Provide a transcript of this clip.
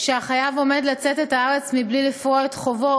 שהחייב עומד לצאת את הארץ מבלי לפרוע את חובו,